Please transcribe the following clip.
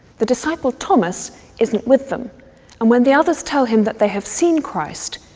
the disciple thomas isn't with them, and when the others tell him that they have seen christ,